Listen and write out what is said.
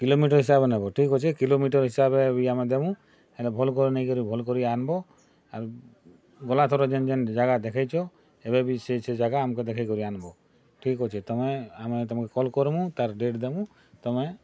kilometre ହିସାବ୍ରେ ନେବ ଠିକ୍ ଅଛେ କିଲୋମିଟର୍ ହିସାବେ ବି ଆମେ ଦେମୁ ହେଲେ ଭଲ୍ କରି ନେଇକରି ଭଲ୍ କରି ଆନ୍ବ ଆଉ ଗଲାଥର ଯେନ୍ ଯେନ୍ ଯାଗା ଦେଖେଇଛ ଏବେ ବି ସେ ସେ ଯାଗା ଆମ୍କୁ ଦେଖେଇ କରି ଆନ୍ବ ଠିକ୍ ଅଛେ ତମେ ଆମେ ତମ୍କୁ କଲ୍ କର୍ମୁ ତା'ର୍ ଡେଟ୍ ଦେମୁ ତମେ